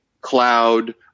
cloud